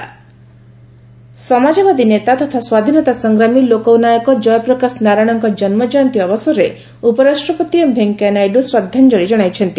ଜୟପ୍ରକାଶ ନାରାୟଣ ସମାଜବାଦୀ ନେତା ତଥା ସ୍ୱାଧୀନତା ସଂଗ୍ରାମୀ ଲୋକନାୟକ ଜୟପ୍ରକାଶ ନାରାୟଣଙ୍କ ଜନ୍କଜୟନ୍ତୀ ଅବସରରେ ଉପରାଷ୍ଟ୍ରପତି ଏମ୍ ଭେଙ୍କେୟା ନାଇଡୁ ଶ୍ରଦ୍ଧାଞ୍ଚଳି ଜଣାଇଛନ୍ତି